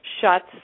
shuts